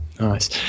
Nice